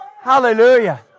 Hallelujah